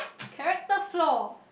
character flaw